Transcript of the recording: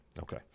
okay